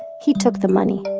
he took the money.